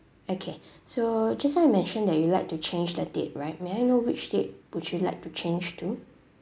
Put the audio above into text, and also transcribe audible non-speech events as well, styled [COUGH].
okay [BREATH] so just now you mentioned that you like to change the date right may I know which date would you like to change to